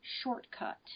shortcut